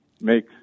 make